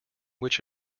which